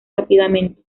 rápidamente